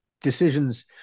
decisions